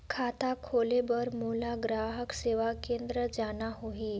खाता खोले बार मोला ग्राहक सेवा केंद्र जाना होही?